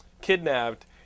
kidnapped